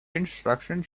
instructions